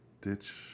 Ditch